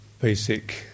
basic